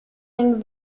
den